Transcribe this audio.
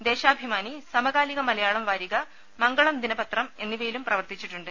ദേശാഭിമാനി സമകാലിക മലയാളം വാരിക മംഗളം ദിനപത്രം എന്നിവയിലും പ്രവർത്തിച്ചിട്ടുണ്ട്